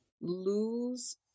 lose